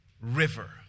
river